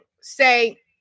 say